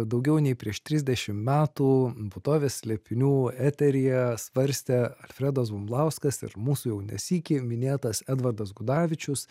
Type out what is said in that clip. daugiau nei prieš trisdešimt metų būtovės slėpinių eteryje svarstė alfredas bumblauskas ir mūsų jau ne sykį minėtas edvardas gudavičius